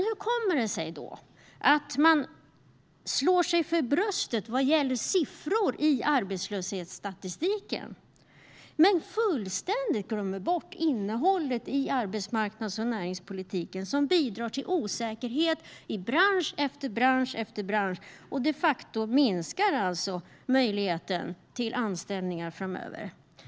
Hur kommer det sig då att man slår sig för bröstet vad gäller siffror i arbetslöshetsstatistiken men fullständigt glömmer bort innehållet i arbetsmarknads och näringspolitiken? Det bidrar till osäkerhet i bransch efter bransch och minskar de facto möjligheten till anställningar framöver.